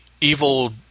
evil